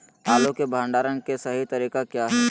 आलू के भंडारण के सही तरीका क्या है?